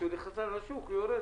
וכשהוא נכנס לשוק הוא יורד.